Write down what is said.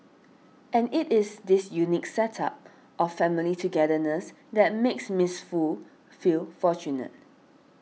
and it is this unique set up of family togetherness that makes Miss Foo feel fortunate